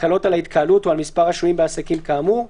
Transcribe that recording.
והקלות על ההתקהלות או על מספר השוהים בעסקים כאמור,